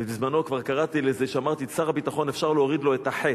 ובזמנו כבר אמרתי שאפשר להוריד לשר הביטחון את החי"ת,